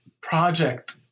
project